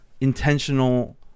intentional